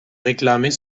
réclamer